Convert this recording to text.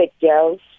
girls